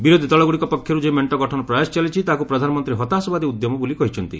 ବିରୋଧୀ ଦଳଗୁଡ଼ିକ ପକ୍ଷରୁ ଯେଉଁ ମେଣ୍ଟ ଗଠନ ପ୍ରୟାସ ଚାଲିଛି ତାହାକୁ ପ୍ରଧାନମନ୍ତ୍ରୀ ହତାଶବାଦୀ ଉଦ୍ୟମ ବୋଲି କହିଛନ୍ତି